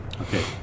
Okay